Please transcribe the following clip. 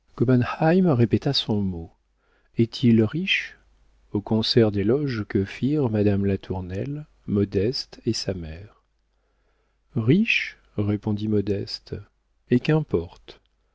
répéta son mot est-il riche au concert d'éloges que firent madame latournelle modeste et sa mère riche répondit modeste et qu'importe